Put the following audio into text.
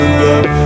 love